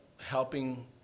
helping